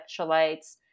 electrolytes